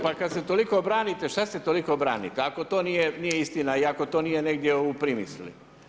Pa kad se toliko branite, šta se toliko branite ako to nije istina i ako to nije negdje u primisli?